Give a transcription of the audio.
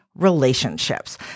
Relationships